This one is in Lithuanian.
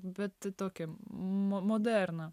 bet tokį modernų